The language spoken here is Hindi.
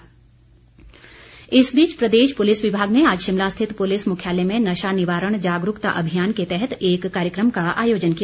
नशा निवारण इस बीच प्रदेश पुलिस विभाग ने आज शिमला स्थित पुलिस मुख्यालय में नशा निवारण जागरूकता अभियान के तहत एक कार्यक्रम का आयोजन किया